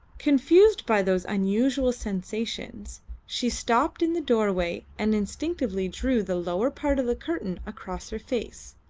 confused by those unusual sensations she stopped in the doorway and instinctively drew the lower part of the curtain across her face,